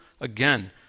Again